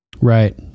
right